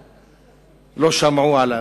ולא שמעו עליו.